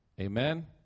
Amen